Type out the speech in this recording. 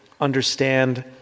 understand